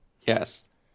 Yes